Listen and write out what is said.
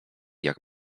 jak